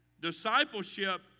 Discipleship